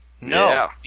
No